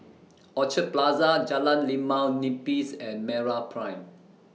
Orchard Plaza Jalan Limau Nipis and Meraprime